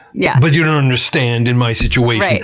yeah but you don't understand, in my situation,